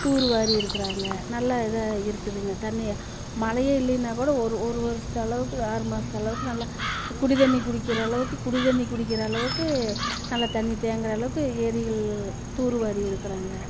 தூர் வாரி இருக்கிறாங்க நல்ல இதாக இருக்குதுங்க தண்ணி மழையே இல்லைனால் கூட ஒரு ஒரு வருஷத்தளவுக்கு ஆறு மாதத்து அளவுக்கு நல்லா குடி தண்ணி குடிக்கிற அளவுக்கு குடி தண்ணி குடிக்கிற அளவுக்கு நல்லா தண்ணி தேங்கிற அளவுக்கு ஏரிகள் தூர் வாரி இருக்கிறாங்க